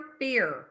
fear